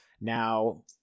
Now